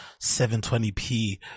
720p